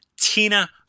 Tina